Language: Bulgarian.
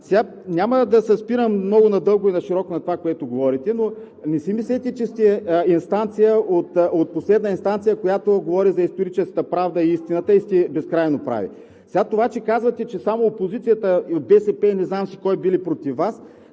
Няма да се спирам надълго и нашироко на това, което говорите, но не си мислете, че сте последна инстанция, която говори за историческата правда и истината и сте безкрайно прави. Това, че казвате, че само от опозицията и от БСП, и от не знам кой си били против Вас